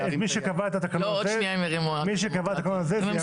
מי שקבע את התקנון הזה זה יושב-ראש ועדת הכנסת לשעבר יריב לוין.